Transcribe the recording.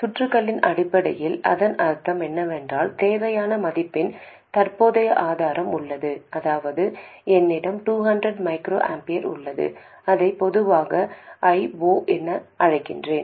சுற்றுகளின் அடிப்படையில் அதன் அர்த்தம் என்னவென்றால் தேவையான மதிப்பின் தற்போதைய ஆதாரம் உள்ளது அதாவது என்னிடம் 200 μA உள்ளது அதை பொதுவாக I0 என அழைக்கிறேன்